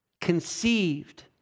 conceived